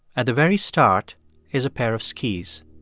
at the very start is a pair of skis.